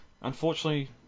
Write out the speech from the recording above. Unfortunately